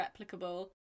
replicable